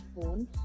phone